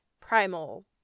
primal